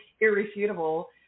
irrefutable